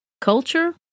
culture